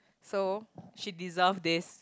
so she deserve this